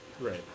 Right